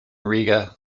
riga